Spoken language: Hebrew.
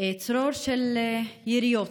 צרור של יריות.